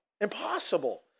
Impossible